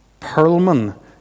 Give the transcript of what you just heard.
Perlman